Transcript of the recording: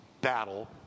battle